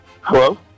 Hello